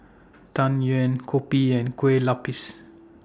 Tang Yuen Kopi and Kueh Lapis